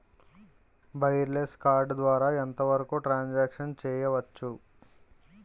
Wireless card ద్వారా ఎంత వరకు ట్రాన్ సాంక్షన్ చేయవచ్చు?